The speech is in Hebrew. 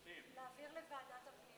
בוועדת החוץ